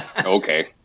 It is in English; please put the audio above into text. okay